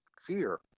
fear